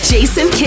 Jason